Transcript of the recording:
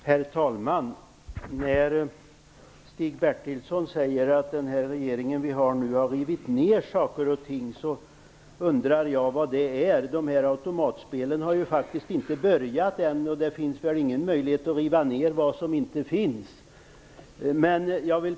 Herr talman! Stig Bertilsson sade att den här regeringen har rivit ner saker och ting. Då undrar jag vad det är som har rivits ner. Automatspelen har faktiskt inte införts ännu, och det finns väl ingen möjlighet att riva ner något som inte finns.